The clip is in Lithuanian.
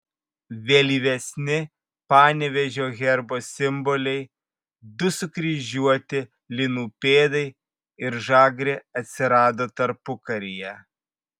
vėlyvesni panevėžio herbo simboliai du sukryžiuoti linų pėdai ir žagrė atsirado tarpukaryje